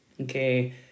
okay